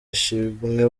ishimwe